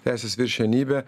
teisės viršenybę